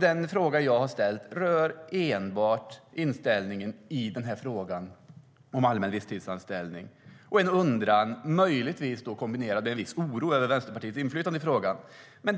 Den fråga jag har ställt rör enbart inställningen i frågan om allmän visstidsanställning. Jag har en undran, möjligtvis kombinerad med viss oro över Vänsterpartiets inflytande i frågan.